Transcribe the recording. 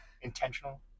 intentional